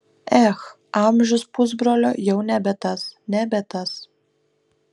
ech amžius pusbrolio jau nebe tas nebe tas